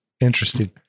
Interesting